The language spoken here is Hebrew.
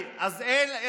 רוצה שאני אצא?